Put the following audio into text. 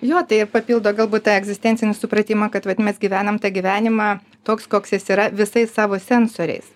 jo tai ir papildo galbūt tą egzistencinį supratimą kad vat mes gyvenam tą gyvenimą toks koks jis yra visais savo sensoriais